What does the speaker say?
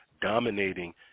dominating